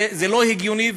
זה לא הגיוני.